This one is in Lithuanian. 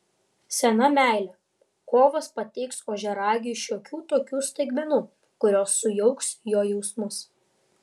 sena meilė kovas pateiks ožiaragiui šiokių tokių staigmenų kurios sujauks jo jausmus